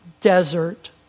desert